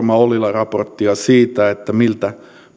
raporttia siitä miltä